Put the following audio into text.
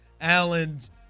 Allens